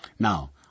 Now